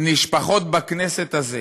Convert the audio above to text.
שנשפכים בכנסת הזאת,